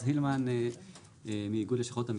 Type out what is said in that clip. אני מאיגוד לשכות המסחר.